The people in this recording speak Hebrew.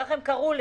כך הם קראו לזה.